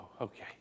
okay